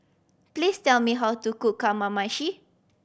please tell me how to cook Kamameshi